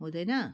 हुँदैन